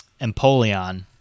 Empoleon